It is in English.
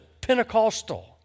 Pentecostal